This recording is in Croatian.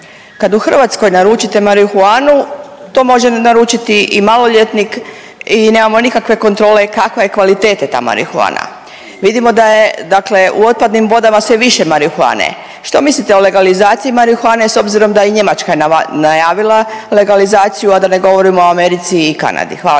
Kad u Hrvatskoj naručite marihuanu to može naručiti i maloljetnik i nemamo nikakve kontrole kakva je kvalitete ta marihuana. Vidimo da je u otpadnim vodama sve više marihuane. Što mislite o legalizaciji marihuane s obzirom da je i Njemačka najavila legalizaciju, a da ne govorimo o Americi i Kanadi? Hvala